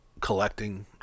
collecting